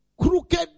crooked